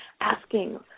asking